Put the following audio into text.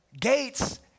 gates